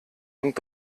und